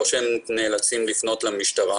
או שהם נאלצים לפנות למשטרה,